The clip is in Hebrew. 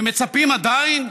ומצפים עדיין?